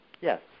Yes